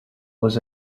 was